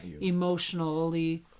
emotionally